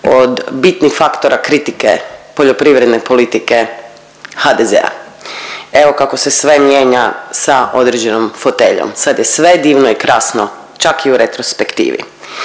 od bitnih faktora kritike poljoprivredne politike HDZ-a. Evo kako se sve mijenja sa određenom foteljom, sad je sve divno i krasno, čak i u retrospektivi.